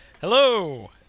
Hello